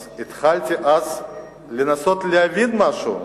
אז התחלתי אז לנסות להבין משהו,